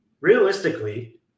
Realistically